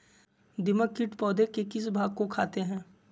दीमक किट पौधे के किस भाग को खाते हैं?